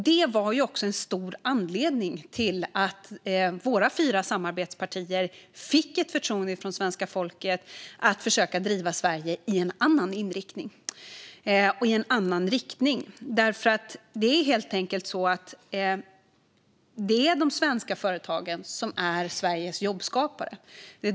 Det var också en stor anledning till att våra fyra samarbetspartier fick ett förtroende från svenska folket att försöka driva Sverige i en annan riktning. De svenska företagen är Sveriges jobbskapare.